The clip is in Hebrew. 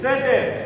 בסדר.